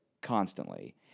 constantly